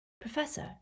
Professor